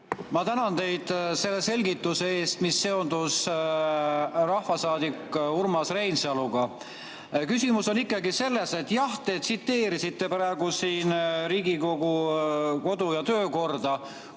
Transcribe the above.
Ma tänan teid selle selgituse eest, mis seondus rahvasaadik Urmas Reinsaluga. Küsimus on ikkagi selles, et jah, te tsiteerisite praegu siin Riigikogu kodu- ja töökorra